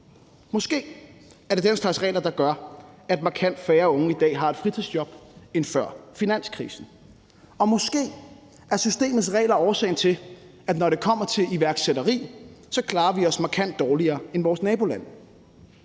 Måske er det den slags regler, der gør, at markant færre unge i dag har et fritidsjob end før finanskrisen, og måske er systemets regler årsagen til, at vi, når det kommer til iværksætteri, klarer os markant dårligere end vores nabolande.